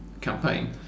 campaign